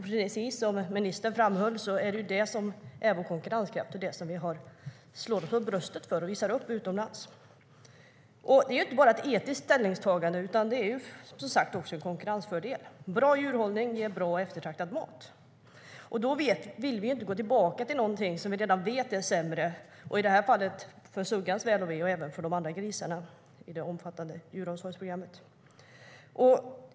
Precis som ministern framhöll är det även en konkurrenskraft - något vi slår oss för bröstet för och visar upp utomlands. Det är inte bara ett etiskt ställningstagande utan som sagt också en konkurrensfördel. Bra djurhållning ger bra och eftertraktad mat. Vi vill ju inte gå tillbaka till någonting vi redan vet är sämre, i det här fallet för suggans väl och ve och även för de andra grisarna i det omfattande Djuromsorgsprogrammet.